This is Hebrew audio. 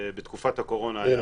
בתקופת הקורונה --- הנה,